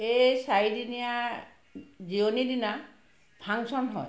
এই চাৰিদিনীয়া জিৰণি দিনা ফাংশ্যন হয়